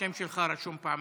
שלך רשום פעמיים.